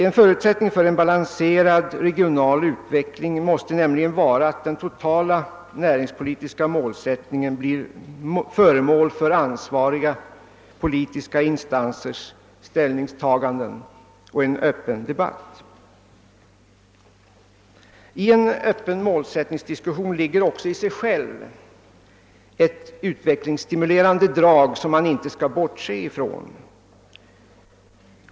En förutsättning för balanserad regional utveckling måste nämligen vara att den totala näringspolitiska målsättningen blir föremål för ansvariga politiska instansers ställningstaganden och en öppen debatt. I en öppen målsättningsdiskussion ligger också i sig själv ett utvecklingsstimulerande drag som man inte skall bortse från.